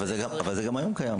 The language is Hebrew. אבל זה גם היום קיים.